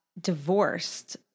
divorced